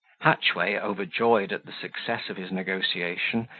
hatchway, overjoyed at the success of his negotiation,